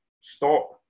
stop